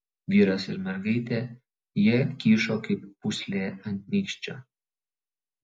vyras ir mergaitė jie kyšo kaip pūslė ant nykščio